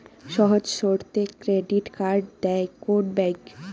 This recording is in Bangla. সহজ শর্তে ক্রেডিট কার্ড দেয় কোন ব্যাংক?